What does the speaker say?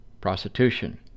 prostitution